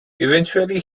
eventually